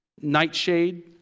nightshade